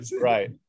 Right